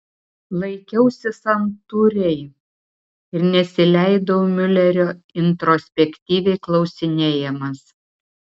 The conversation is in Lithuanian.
laikiausi santūriai ir nesileidau miulerio introspektyviai klausinėjamas